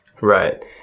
Right